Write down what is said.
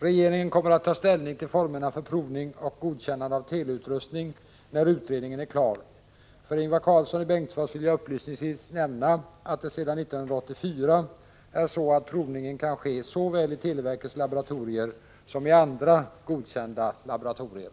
Regeringen kommer att ta ställning till formerna för provning och godkännande av teleutrustning när utredningen är klar. För Ingvar Karlsson i Bengtsfors vill jag upplysningsvis nämna att det sedan 1984 är så, att provningen kan ske såväl i televerkets laboratorier som i andra godkända laboratorier.